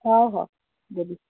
ହେଉ ହେଉ ଦେବି